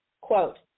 Quote